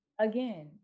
again